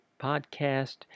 podcast